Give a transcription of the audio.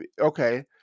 okay